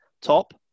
top